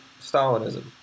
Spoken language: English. stalinism